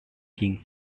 king